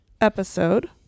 episode